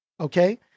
Okay